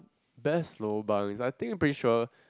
best lobang I think pretty sure